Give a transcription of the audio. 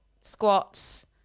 squats